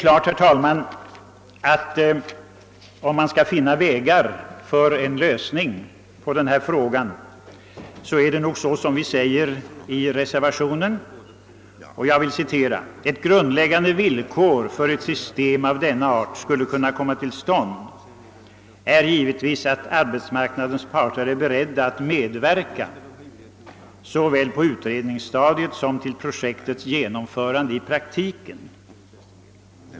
Men, herr talman, skall man kunna finna en lösning på denna fråga är det nog så som vi säger i reservationen: »Ett grundläggande villkor för att ett system av denna art skall kunna komma till stånd är givetvis att arbetsmarknadens parter är beredda att medverka såväl på utredningsstadiet som till projektets genomförande i praktiken.